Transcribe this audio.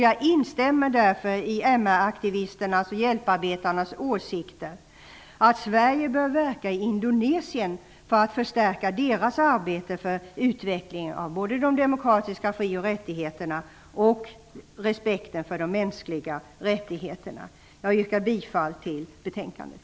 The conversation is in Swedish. Jag instämmer därför i MR aktivisternas och hjälparbetarnas åsikt att Sverige bör verka i Indonesien för att förstärka deras arbete för utvecklingen både av de demokratiska fri och rättigheterna och av respekten för de mänskliga rättigheterna. Jag yrkar bifall till hemställan i betänkandet.